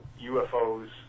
UFOs